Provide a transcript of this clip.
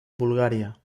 bulgaria